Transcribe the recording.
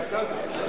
קווקזי.